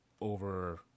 over